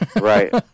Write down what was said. Right